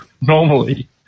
normally